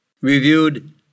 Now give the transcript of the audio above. reviewed